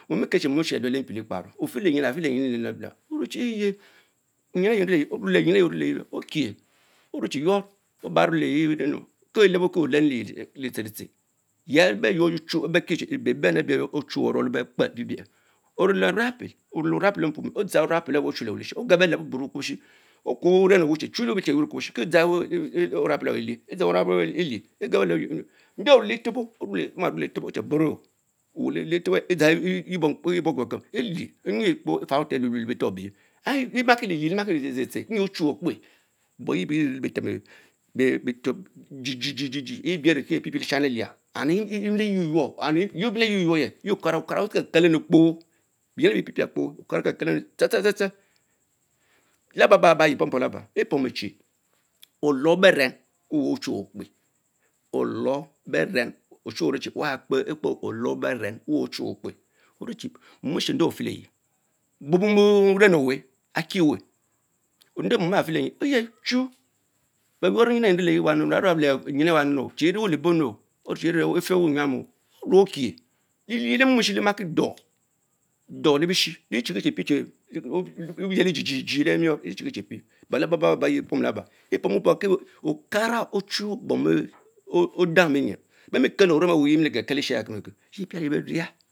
Omikel chi mom eshi alue lee mpilekparo, nfeleyi lebebe labalaba oruechie eye nyum einer-rie ormeleyi okich, orucksie yuon Obarole yerienn kich lebo kolemu layiel, etshehletshen, ya efere bekie beber ebich ochuwe omele bekpe bebien, orite orapel, odzan ora-liepel ochiulevon ligne, ogeb beleb oboro, okur uren owe cine che yur kubusni kie dgan orapel awa elich. Odza ovalepel alich ogeb beleb onweh, odjie oñece etebo, oma men le eteboh one ochen buro, welke le elebo edza elie enwer kρο edza mene le befor ebeych, lejret Umaki, lemakie letshelitone, emp ochnwe okpe, but ge eie viele befem djie djie djie ebie evee kie pie pich lesham elia. and enmeleye yuor ynor and yiemel leye yuor yur ahh eye olkara, akara kelkel ennkpo, benyin. en bee piepiah lepo okara okekel tse tse tse tse, laba-ba-ayie- mpom pom Labs, epomir clie weh ochuше окре out ourberen ochiwen odenie wah kpe lorberen wehochwe olepe olorberen mom eshie nde Ofeleye bob wuren oweh akiweh nde mou aha feleyie eyen chu boyur myin eyie veleye mwrabwrab le nyin ewany, che eviewuelebong, ornelin efewer enyam okupokie leyiel Orucokie leyiel eh mom eeliki chi pie chi eyelie dzi dji djui le muon echiki chi pie but laba yihe Laba ероти leba, baki Okara ochu bom enh benyin, bemie kel orem aweh bom bemiekel esheya kemikem, yeh epiale yieh.